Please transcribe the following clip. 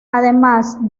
además